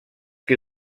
qui